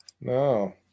no